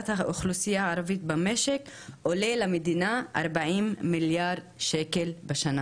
האוכלוסייה הערבית במשק עולה למדינה 40 מיליארד ש"ח בשנה.